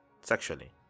sexually